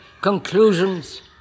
conclusions